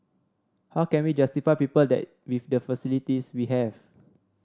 how can we justify people that with the facilities we have